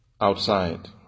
outside